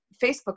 Facebook